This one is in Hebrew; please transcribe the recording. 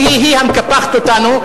שהיא היא המקפחת אותנו,